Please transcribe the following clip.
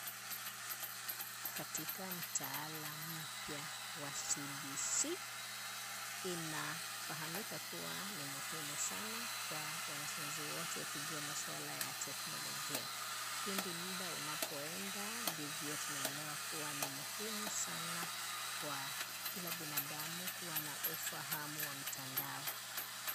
Katika mtaala mpya wa CBC, inafahamika kuwa ni muhimu sana kwa wanafunzi wote kujua maswala ya teknolojia. Pindi muda unapoenda ndivyo tunaelewa kuwa ni muhimu sana kwa kila binadamu kuwa na ufahamu wa mtandao.